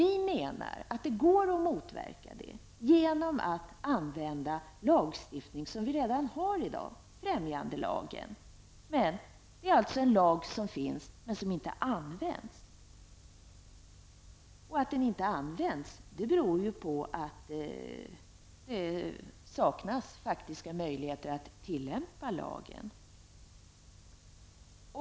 Vi menar att detta går att motverka genom att man använder en lagstiftning som vi redan har i dag, nämligen främjandelagen. Detta är en lag som existerar men som inte används. Att den inte används beror på att det saknas faktiska möjligheter att tillämpa lagen.